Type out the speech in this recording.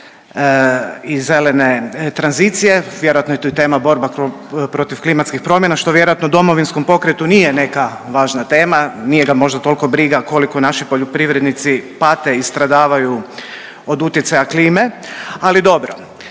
i zelene tranzicije. Vjerojatno je tu i tema borba protiv klimatskih promjena, što vjerojatno Domovinskom pokretu nije neka važna tema, nije ga možda toliko briga koliko naši poljoprivrednici pate i stradavaju od utjecaja klime, ali dobro.